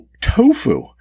tofu